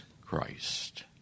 Christ